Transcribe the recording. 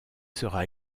sera